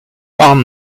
houarn